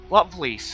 Lovely